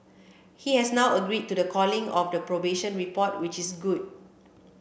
he has now agreed to the calling of the probation report which is good